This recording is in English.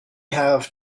have